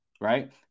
right